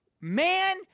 man